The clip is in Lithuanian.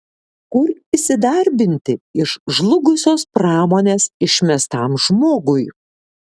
kur įsidarbinti iš žlugusios pramonės išmestam žmogui